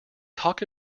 talk